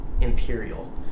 Imperial